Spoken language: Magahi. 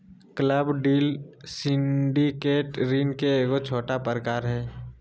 क्लब डील सिंडिकेट ऋण के एगो छोटा प्रकार हय